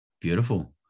Beautiful